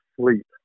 sleep